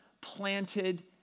planted